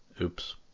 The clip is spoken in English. oops